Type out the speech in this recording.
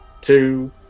two